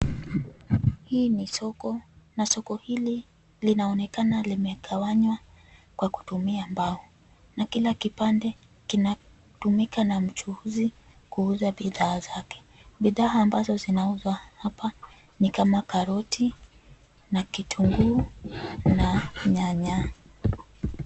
Hii ni soko na soko hili linaonekana limegawanywa kwa kutumia mbao na kila kipande kinatumika na mchuuzi kuuza bidhaa zake. Bidhaa ambazo zinauzwa hapa ni kama karoti na kitunguu na nyanya.